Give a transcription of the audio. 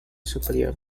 superior